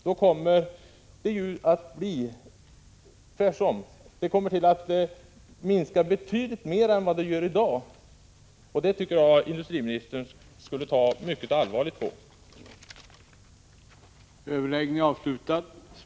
Då kommer sysselsättningstillfällena att minska mer än i dag, och det borde industriministern ta mycket allvarligt på.